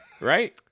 Right